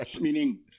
meaning